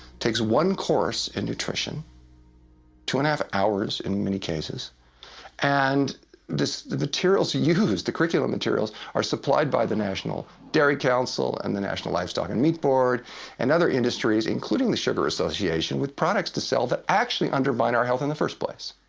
takes one course in nutrition two and one-half hours in many cases and the materials used, the curriculum materials are supplied by the national dairy council and the national livestock and meat board and other industries, including the sugar association, with products to sell that actually undermine our health in the first place.